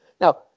Now